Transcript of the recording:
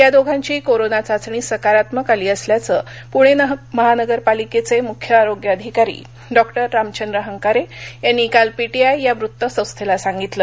या दोघांची कोरोना चाचणी सकारात्मक आली असल्याचं पुणविहानगर पालिकविमुख्य आरोग्य अधिकारी डॉ रामचंद्र हंकारविनी काल पी टी आय या वृत्त संस्थादी सांगितलं